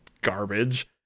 garbage